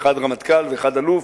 אחד רמטכ"ל ואחד אלוף,